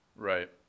Right